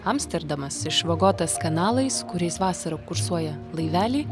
amsterdamas išvagotas kanalais kuriais vasarą kursuoja laiveliai